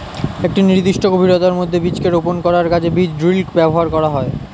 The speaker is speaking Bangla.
একটি নির্দিষ্ট গভীরতার মধ্যে বীজকে রোপন করার কাজে বীজ ড্রিল ব্যবহার করা হয়